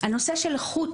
בוקר טוב,